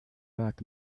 back